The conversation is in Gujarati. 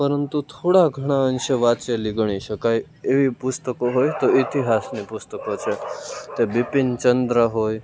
પરંતુ થોડા ઘણા અંશે વાંચેલી ગણી શકાય એવી પુસ્તકો હોય તો ઇતિહાસની પુસ્તકો છે તે બિપિન ચંદ્ર હોય